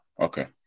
okay